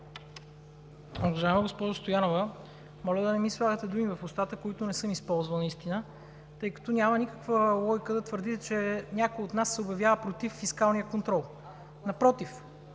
Уважаема госпожо Стоянова, моля да не ми слагате думи в устата, които не съм използвал наистина, тъй като няма никаква логика да твърдите, че някой от нас се обявява против фискалния контрол, напротив.